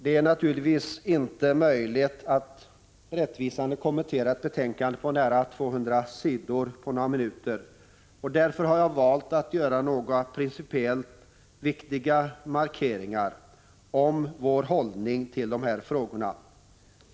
Det är naturligtvis inte möjligt att rättvisande kommentera ett betänkande på nära 200 sidor på några minuter, och därför har jag valt att göra några principiellt viktiga markeringar om vår hållning i dessa frågor.